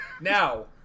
Now